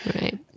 right